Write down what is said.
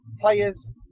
Players